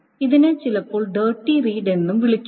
ഇതിനെ ചിലപ്പോൾ dirty read എന്നും വിളിക്കുന്നു